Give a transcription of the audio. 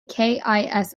kiss